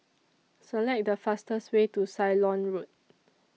Select The fastest Way to Ceylon Road